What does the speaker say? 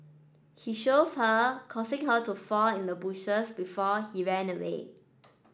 he shoved her causing her to fall in the bushes before he ran away